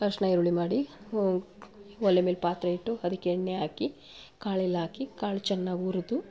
ಅರಶಿನ ಈರುಳ್ಳಿ ಮಾಡಿ ಒಲೆ ಮೇಲೆ ಪಾತ್ರೆ ಇಟ್ಟು ಅದಕ್ಕೆ ಎಣ್ಣೆ ಹಾಕಿ ಕಾಳೆಲ್ಲ ಹಾಕಿ ಕಾಳು ಚೆನ್ನಾಗಿ ಹುರ್ದು